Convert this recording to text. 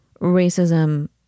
racism